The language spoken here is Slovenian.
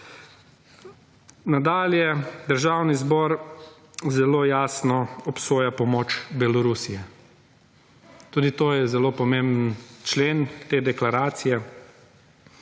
Nadalje Državni zbor zelo jasno obsoja pomoč Belorusije. Tudi to je zelo pomemben člen te deklaracije.